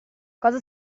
cosa